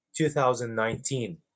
2019